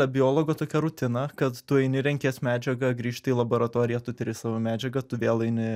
biologo tokia rutina kad tu eini renkies medžiagą grįžti į laboratoriją tu tyri savo medžiagą tu vėl eini